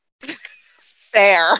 Fair